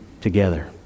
together